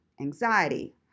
anxiety